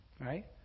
right